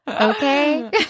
okay